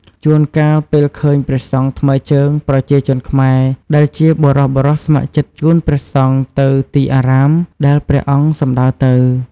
ជួនកាល ពេលឃើញព្រះសង្ឃថ្មើរជើង ប្រជាជនខ្មែរដែលជាបុរសៗស្ម័គ្រចិត្តជូនព្រះសង្ឃទៅទីអារាមដែលព្រះអង្គសំដៅទៅ។